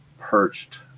perched